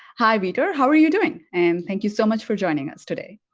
hi vitor, how are you doing? and thank you so much for joining us today.